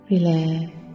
Relax